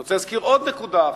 אני רוצה להזכיר עוד נקודה אחת,